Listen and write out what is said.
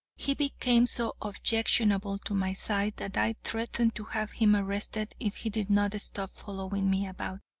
he became so objectionable to my sight that i threatened to have him arrested if he did not stop following me about.